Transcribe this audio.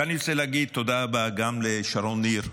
ואני רוצה להגיד תודה רבה גם לשרון ניר,